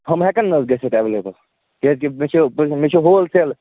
یِم ہیٚکَن نہ حظ گٔژھِتھ ایٚویلیبٕل کیٛازکہِ مےٚ چھِ مےٚ چھِ ہوٚل سیل